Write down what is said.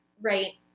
right